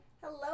Hello